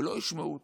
שלא ישמעו אותנו,